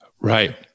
Right